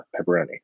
pepperoni